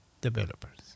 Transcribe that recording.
Developers